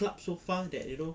clubs so far that you know